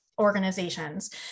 organizations